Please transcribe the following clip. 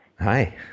Hi